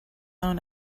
own